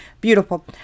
beautiful